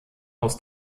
aus